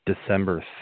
December